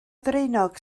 ddraenog